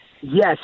yes